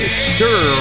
stir